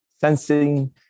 sensing